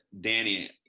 Danny